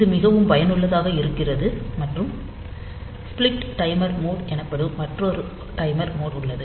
இது மிகவும் பயனுள்ளதாக இருக்கிறது மற்றும் ஸ்ப்லிட் டைமர் மோட் எனப்படும் மற்றொரு டைமர் மோட் உள்ளது